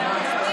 אחד,